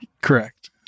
Correct